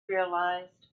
realized